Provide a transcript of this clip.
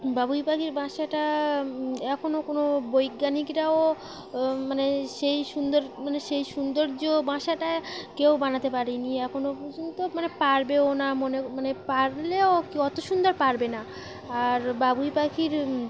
বাবুই পাখির বাসাটা এখনও কোনো বৈজ্ঞানিকরাও মানে সেই সুন্দর মানে সেই সৌন্দর্য বাসাটা কেউ বানাতে পারিনি এখনও পর্যন্ত মানে পারবেও না মনে মানে পারলেও অত সুন্দর পারবে না আর বাবুই পাখির